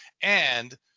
And-